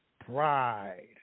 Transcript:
pride